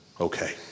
okay